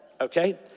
okay